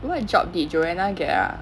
what job did joanna get ah